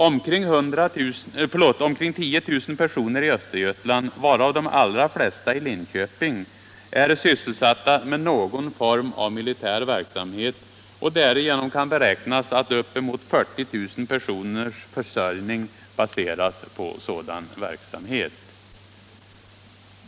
Omkring 10 000 personer i Östergötland — varav de allra flesta i Linköping — är sysselsatta med någon form av militär verksamhet, och därigenom kan beräknas att uppemot 40 000 personers försörjning baseras på sådan verksamhet.